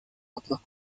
otros